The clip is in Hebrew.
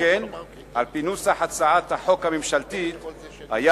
שכן על-פי נוסח הצעת החוק הממשלתית היה